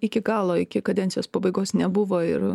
iki galo iki kadencijos pabaigos nebuvo ir